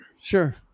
sure